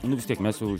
nu vis tiek mes jau